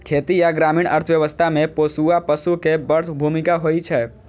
खेती आ ग्रामीण अर्थव्यवस्था मे पोसुआ पशु के बड़ भूमिका होइ छै